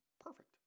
Perfect